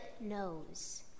knows